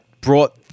brought